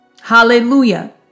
Hallelujah